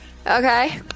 Okay